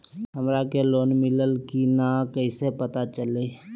हमरा के लोन मिल्ले की न कैसे पता चलते?